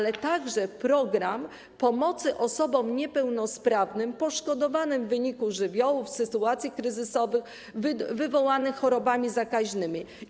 Jest także program pomocy osobom niepełnosprawnym poszkodowanym w wyniku żywiołów, sytuacji kryzysowych wywołanych chorobami zakaźnymi.